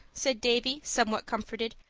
said davy, somewhat comforted.